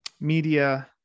media